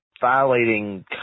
violating